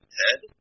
head